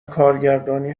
کارگردانی